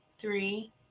three